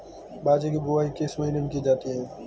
बाजरे की बुवाई किस महीने में की जाती है?